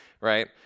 right